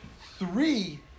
three